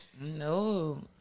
No